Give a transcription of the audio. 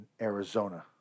Arizona